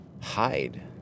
hide